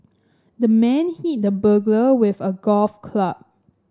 the man hit the burglar with a golf club